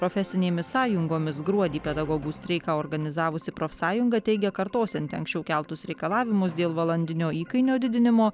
profesinėmis sąjungomis gruodį pedagogų streiką organizavusi profsąjunga teigia kartosianti anksčiau keltus reikalavimus dėl valandinio įkainio didinimo